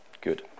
Good